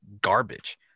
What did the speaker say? garbage